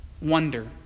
Wonder